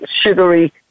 sugary